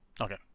Okay